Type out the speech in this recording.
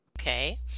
Okay